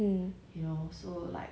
um